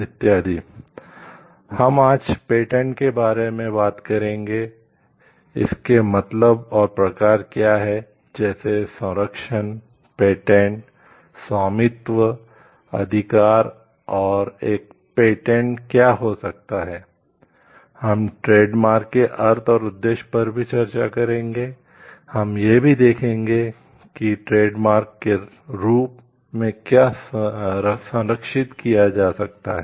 इत्यादि हम आज पेटेंट के रूप में क्या संरक्षित किया जा सकता है